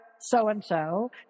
so-and-so